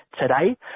today